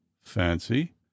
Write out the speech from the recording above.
fancy